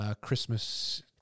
Christmas